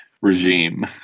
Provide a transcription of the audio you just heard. regime